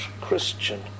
Christian